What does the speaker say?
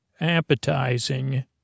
appetizing